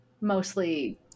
mostly